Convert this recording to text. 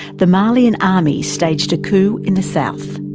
the malian army staged a coup in the south.